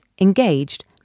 engaged